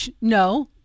No